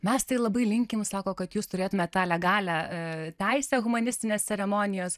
mes tai labai linkim sako kad jūs turėtumėt tą legalią teisę humanistines ceremonijas